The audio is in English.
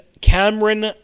Cameron